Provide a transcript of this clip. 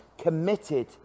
committed